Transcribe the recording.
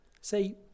Say